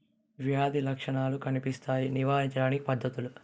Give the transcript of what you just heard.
వ్యాధి లక్షణాలు కనిపిస్తాయి నివారించడానికి పద్ధతులు?